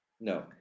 No